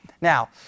Now